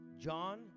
John